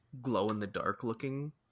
glow-in-the-dark-looking